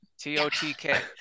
T-O-T-K